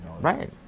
Right